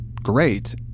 great